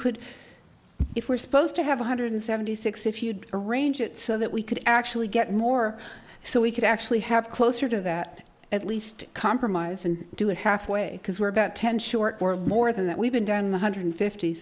could if we're supposed to have one hundred seventy six if you'd arrange it so that we could actually get more so we could actually have closer to that at least compromise and do it halfway because we're about ten short or more than that we've been down one hundred fifty